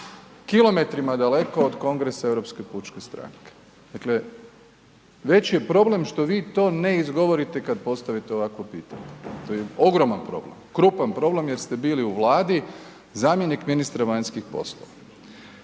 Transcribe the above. kilometrima daleko od kongresa Europske pučke stranke. Dakle, veći je problem što vi to ne izgovorite kada postavite ovakvo pitanje, to je ogroman problem, krupan problem jer ste bili u Vladi zamjenik ministra vanjskih poslova.